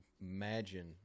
imagine